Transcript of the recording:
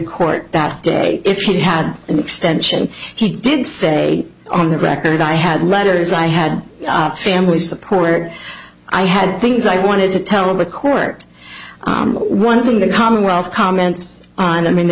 court that day if he had an extension he did say on the record i had letters i had family support i had things i wanted to tell the court one thing the commonwealth comments on i mean the